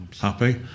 happy